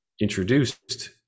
introduced